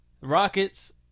Rockets